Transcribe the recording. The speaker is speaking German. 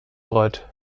freut